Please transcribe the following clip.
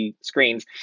screens